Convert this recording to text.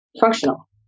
functional